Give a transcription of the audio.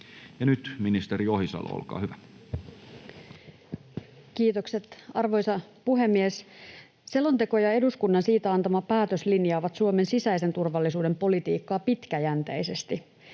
nyt ministeri Ohisalo, olkaa hyvä. Kiitokset, arvoisa puhemies! Selonteko ja eduskunnan siitä antama päätös linjaavat Suomen sisäisen turvallisuuden politiikkaa pitkäjänteisesti.